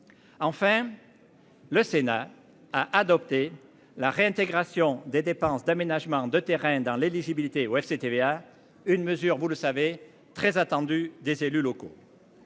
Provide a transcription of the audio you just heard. Enfin. Le Sénat a adopté la réintégration des dépenses d'aménagement de terrain dans l'éligibilité au FCTVA. Une mesure, vous le savez très attendu des élus locaux.--